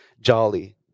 jolly